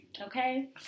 Okay